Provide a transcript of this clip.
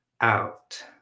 out